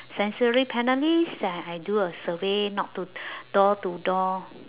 sensory panelist I I do a survey knock to door to door